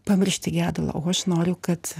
pamiršti gedulą o aš noriu kad